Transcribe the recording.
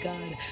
God